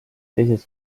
teises